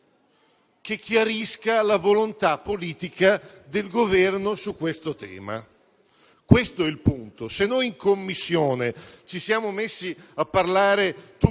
che chiarisca la volontà politica del Governo su questo tema. Questo è il punto. Se noi in Commissione ci siamo messi tutti